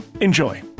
Enjoy